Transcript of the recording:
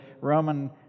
Roman